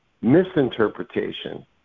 misinterpretation